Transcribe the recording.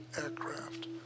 aircraft